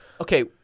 okay